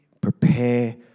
Prepare